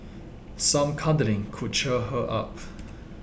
some cuddling could cheer her up